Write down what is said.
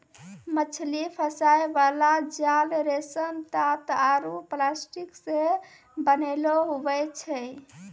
मछली फसाय बाला जाल रेशम, तात आरु प्लास्टिक से बनैलो हुवै छै